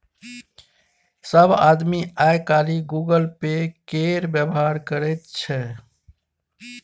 सभ आदमी आय काल्हि गूगल पे केर व्यवहार करैत छै